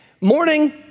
morning